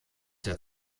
der